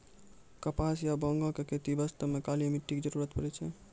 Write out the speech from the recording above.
कपास या बांगो के खेती बास्तॅ काली मिट्टी के जरूरत पड़ै छै